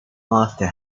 after